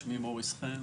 שמי מוריס חן,